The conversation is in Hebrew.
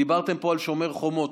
דיברתם פה על שומר החומות,